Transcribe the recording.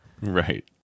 Right